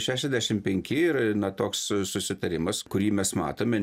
šešiasdešim penki ir na toks susitarimas kurį mes matome